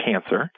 cancer